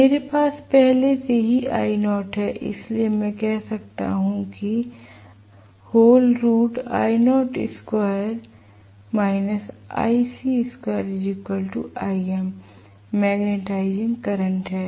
मेरे पास पहले से ही I0 है इसलिए मैं कह सकता हूं कि मैग्नेटाइजिंग करंट है